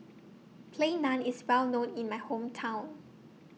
Plain Naan IS Well known in My Hometown